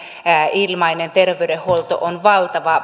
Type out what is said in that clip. ilmainen terveydenhuolto on valtava